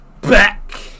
back